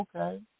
okay